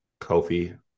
Kofi